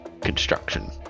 construction